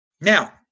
Now